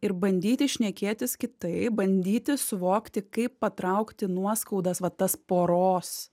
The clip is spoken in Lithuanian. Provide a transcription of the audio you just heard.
ir bandyti šnekėtis kitaip bandyti suvokti kaip patraukti nuoskaudas va tas poros